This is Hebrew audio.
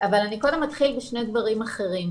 אבל קודם אתחיל בשני דברים אחרים.